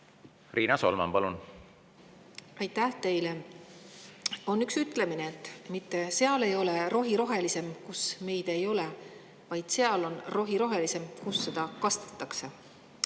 Riina Solman, palun! Aitäh teile! On üks ütlemine: mitte seal ei ole rohi rohelisem, kus meid ei ole, vaid rohi on rohelisem seal, kus seda kastetakse.